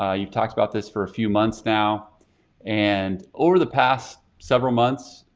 ah you've talked about this for a few months now and over the past several months,